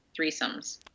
threesomes